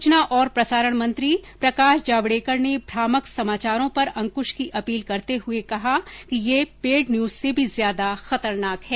सुचना और प्रसारण मंत्री प्रकाश जावड़ेकर ने भ्रामक समाचारों पर अंकुश की अपील करते हुए कहा कि यह पेड न्यूज से भी ज्यादा खतरनाक है